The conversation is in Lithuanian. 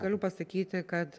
galiu pasakyti kad